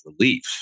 relief